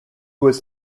was